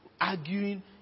arguing